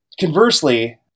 conversely